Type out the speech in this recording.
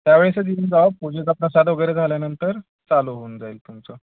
त्यावेळेसच येऊन जा पूजेचा प्रसाद वगैरे झाल्यानंतर चालू होऊन जाईल तुमचं